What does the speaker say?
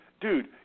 dude